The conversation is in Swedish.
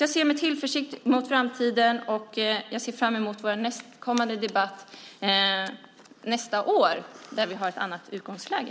Jag ser med tillförsikt på framtiden och ser fram emot vår nästkommande debatt nästa år då vi har ett annat utgångsläge.